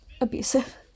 abusive